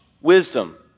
wisdom